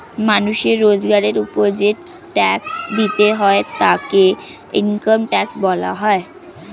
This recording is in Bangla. মানুষের রোজগারের উপর যেই ট্যাক্স দিতে হয় তাকে ইনকাম ট্যাক্স বলা হয়